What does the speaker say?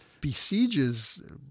besieges